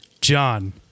John